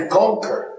conquer